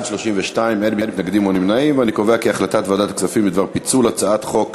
הצעת ועדת הכספים בדבר פיצול הצעת חוק